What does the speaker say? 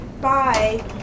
Bye